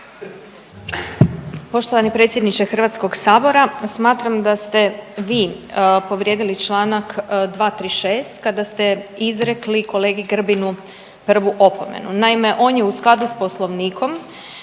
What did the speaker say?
Poštovani predsjedniče hrvatskog sabora. Smatram da ste vi povrijedili članak 236. kada ste izrekli kolegi Grbinu prvu opomenu. Naime, on je u skladu sa Poslovnikom